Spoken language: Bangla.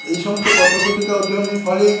এই সমস্ত পত্র পত্রিকা অধ্যয়নের ফলে